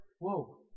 Whoa